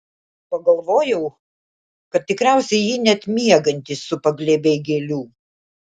pagalvojau kad tikriausiai jį net miegantį supa glėbiai gėlių